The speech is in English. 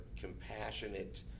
compassionate